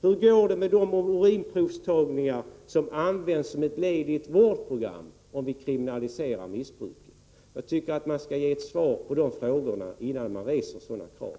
Hur går det med de urinprovstagningar som används som ett led i ett vårdprogram om vi kriminaliserar missbruket? De borgerliga partierna skall ge svar på dessa frågor innan de reser sådana här krav.